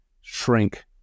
shrink